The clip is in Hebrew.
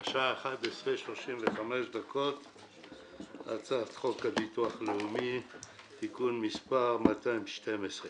השעה 11:35. הצעת חוק הביטוח הלאומי (תיקון מס' 212),